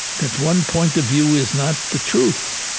that one point of view is not the truth.